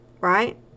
right